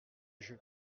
jeu